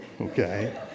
okay